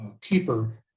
keeper